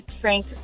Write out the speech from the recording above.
Frank